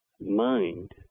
mind